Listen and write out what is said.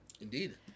Indeed